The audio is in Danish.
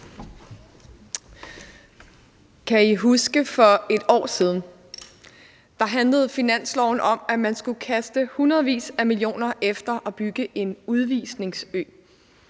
Kan I huske for 1 år siden? Da handlede finanslovsaftalen om, at man skulle kaste hundredvis af millioner kroner efter at bygge en udvisningsø.